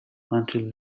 until